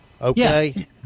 Okay